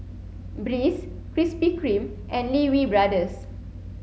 Breeze Krispy Kreme and Lee Wee Brothers